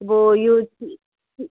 go यो